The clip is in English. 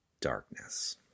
darkness